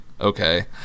okay